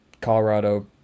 Colorado